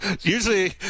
Usually